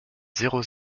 zéro